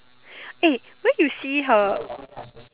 eh where you see her